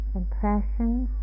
impressions